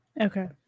Okay